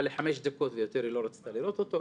אבל לחמש דקות ויותר היא לא רצתה לראות אותו.